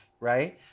right